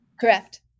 Correct